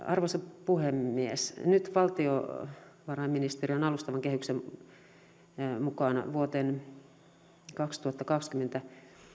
arvoisa puhemies nyt valtiovarainministeriön alustavan kehyksen mukaan vuoteen kaksituhattakaksikymmentä